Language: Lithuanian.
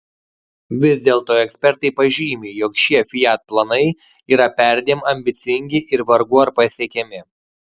vis dėlto ekspertai pažymi jog šie fiat planai yra perdėm ambicingi ir vargu ar pasiekiami